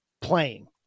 playing